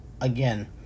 again